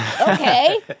Okay